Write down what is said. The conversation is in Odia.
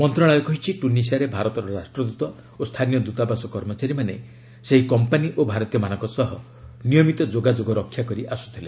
ମନ୍ତ୍ରଣାଳୟ କହିଛି ଟ୍ୟୁନିସିଆରେ ଭାରତର ରାଷ୍ଟ୍ରଦୃତ ଓ ସ୍ଥାନୀୟ ଦୂତାବାସ କର୍ମଚାରୀମାନେ ସେହି କମ୍ପାନୀ ଓ ଭାରତୀୟମାନଙ୍କ ସହ ନିୟମିତ ଯୋଗାଯୋଗ ରକ୍ଷା କରି ଆସୁଥିଲେ